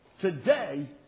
Today